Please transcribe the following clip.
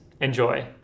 Enjoy